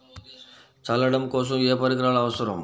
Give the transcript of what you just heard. చల్లడం కోసం ఏ పరికరాలు అవసరం?